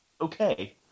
Okay